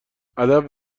ادب